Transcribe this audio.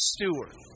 Stewart